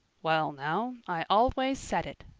well now, i always said it,